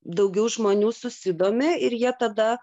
daugiau žmonių susidomi ir jie tada